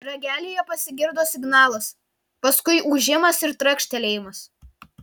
ragelyje pasigirdo signalas paskui ūžimas ir trakštelėjimas